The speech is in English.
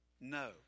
no